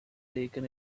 taken